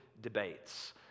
debates